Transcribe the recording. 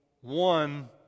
one